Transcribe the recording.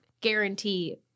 guarantee